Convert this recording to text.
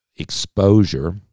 exposure